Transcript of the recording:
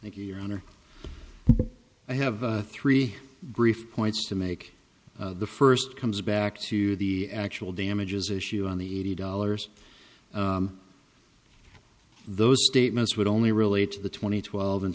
thank you your honor i have three brief points to make the first comes back to the actual damages issue on the eighty dollars those statements would only relate to the twenty twelve and